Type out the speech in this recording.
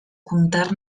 comptar